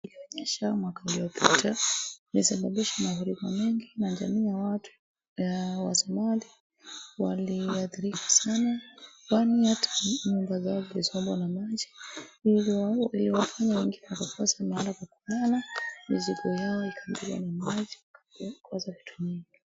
Inaonyesha mwaka uliopita ilisababisha mafuriko mengi na jamii ya watu ya Wasomali waliathirika sana. Kwani watu nyumba zao zilisombwa na maji. Hivyo iliwafanya wengine wakose mahala pa kulala. Mizigo yao ikabebwa na maji, wakakosa vitu mingi.